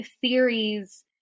theories